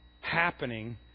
happening